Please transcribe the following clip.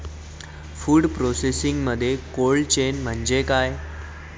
Food प्रोसेसिंगमध्ये cold chain म्हणजे काय?